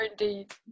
indeed